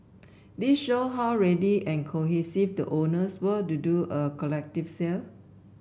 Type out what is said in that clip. this show how ready and cohesive the owners were to do a collective sale